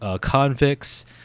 convicts